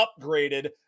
upgraded